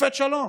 שופט שלום